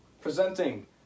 presenting